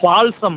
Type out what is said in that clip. balsam